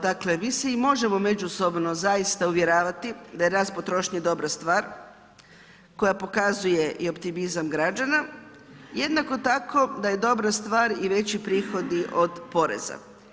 Dakle, mi se i možemo zaista uvjeravati da rast potrošnje dobra stvar koje pokazuje i optimizam građana, jednako tako da je i dobra stvar i veći prihodi od poreza.